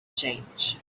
change